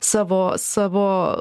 savo savo